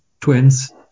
twins